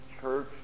church